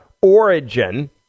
origin